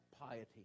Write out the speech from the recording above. piety